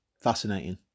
Fascinating